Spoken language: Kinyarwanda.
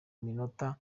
minota